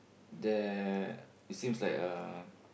there seems like a